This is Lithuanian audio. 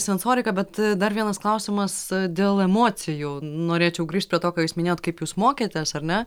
sensorika bet dar vienas klausimas dėl emocijų norėčiau grįžt prie to ką jūs minėjot kaip jūs mokėtės ar ne